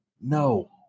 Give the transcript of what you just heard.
No